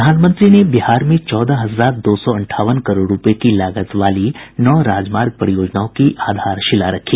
प्रधानमंत्री ने बिहार में चौदह हजार दो सौ अंठावन करोड़ रुपये की लागत वाली नौ राजमार्ग परियोजनाओं की आधारशिला रखी